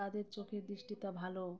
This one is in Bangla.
তাদের চোখের দৃষ্টিটা ভালো